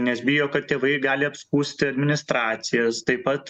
nes bijo kad tėvai gali apskųsti administracijas taip pat